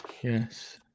Yes